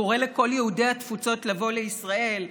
קורא לכל יהודי התפוצות לבוא לישראל,